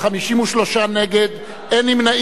בעד, 41, נגד, 53, ואין נמנעים.